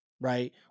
right